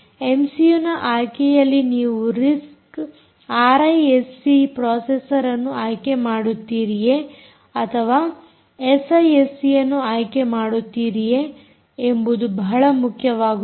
ಎಮ್ಸಿಯೂನ ಆಯ್ಕೆಯಲ್ಲಿ ನೀವು RISC processor ಅನ್ನು ಆಯ್ಕೆ ಮಾಡುತ್ತೀರಿಯೇ ಅಥವಾ ಎಸ್ಐಎಸ್ಸಿಯನ್ನು ಆಯ್ಕೆ ಮಾಡುತ್ತೀರಿಯೇ ಮತ್ತು ಎಂಬುದು ಬಹಳ ಮುಖ್ಯವಾಗುತ್ತದೆ